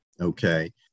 okay